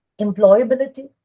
employability